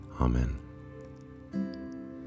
Amen